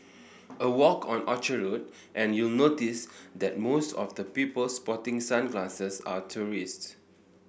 a walk on Orchard Road and you'll notice that most of the people sporting sunglasses are tourists